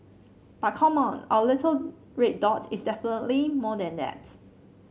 but come on our little red dot is definitely more than that